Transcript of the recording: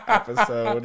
episode